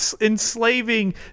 enslaving